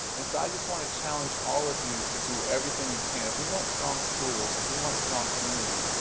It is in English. and so i just want to challenge all of you to do everything you can. if we want strong schools, if we want strong communities,